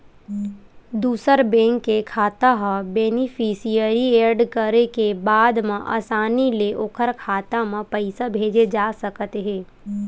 दूसर बेंक के खाता ह बेनिफिसियरी एड करे के बाद म असानी ले ओखर खाता म पइसा भेजे जा सकत हे